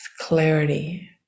clarity